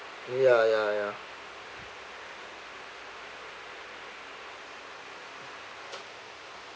ya ya ya